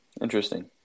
interesting